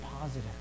positive